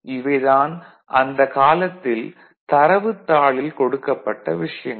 இவை தான் அந்த காலத்தில் தரவுத் தாளில் கொடுக்கப்பட்ட விஷயங்கள்